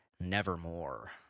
Nevermore